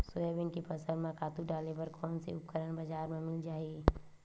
Soybean के फसल म खातु डाले बर कोन से उपकरण बजार म मिल जाहि?